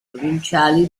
provinciali